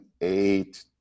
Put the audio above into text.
eight